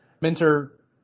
Minter